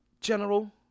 general